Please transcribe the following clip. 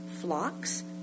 flocks